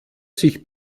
sich